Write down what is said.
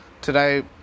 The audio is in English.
Today